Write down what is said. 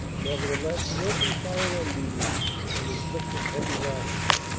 nevertheless he opened fire on these and inflicted heavy losses.